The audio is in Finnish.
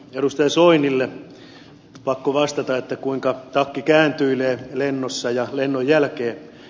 edustaja soinille on pakko vastata kuinka takki kääntyilee lennossa ja lennon jälkeen